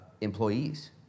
employees